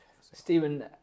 Stephen